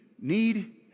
need